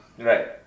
Right